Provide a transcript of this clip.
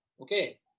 Okay